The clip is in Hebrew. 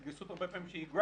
עכשיו,